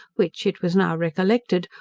which, it was now recollected,